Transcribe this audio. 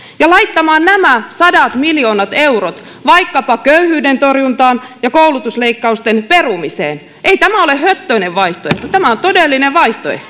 ja laittamaan nämä sadat miljoonat eurot vaikkapa köyhyyden torjuntaan ja koulutusleikkausten perumiseen ei tämä ole höttöinen vaihtoehto tämä on todellinen vaihtoehto